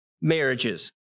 marriages